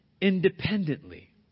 independently